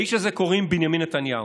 לאיש הזה קוראים בנימין נתניהו.